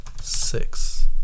Six